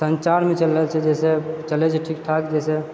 कोनो चाल नहि चलले छियै जाहिसँ चलएके किछु आबि जेतै